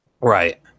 Right